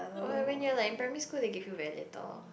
oh when you are like in primary school they gave you very little